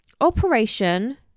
operation